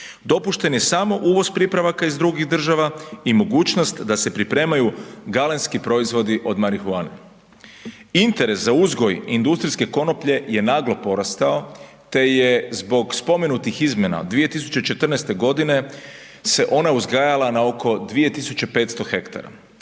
Dopušten je samo uvoz pripravaka iz drugih država i mogućnost da se pripremaju galenski proizvodi od marihuane. Interes za uzgoj industrijske konoplje je naglo porastao te je zbog spomenutih izmjena 2014. g. se ona uzgajala na oko 2500 hektara.